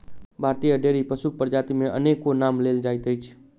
भारतीय डेयरी पशुक प्रजाति मे अनेको नाम लेल जाइत अछि